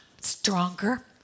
stronger